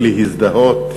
להזדהות,